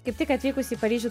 kaip tik atvykus į paryžių